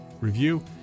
review